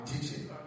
teaching